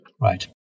Right